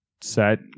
set